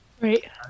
right